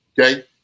Okay